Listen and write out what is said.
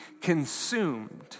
consumed